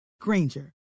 Granger